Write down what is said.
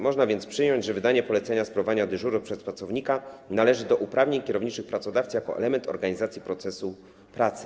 Można więc przyjąć, że wydanie polecenia sprawowania dyżuru przez pracownika należy do uprawnień kierowniczych pracodawcy jako element organizacji procesu pracy.